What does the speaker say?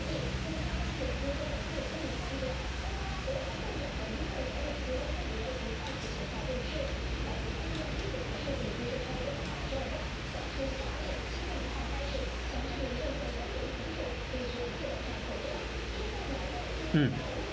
um